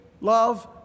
love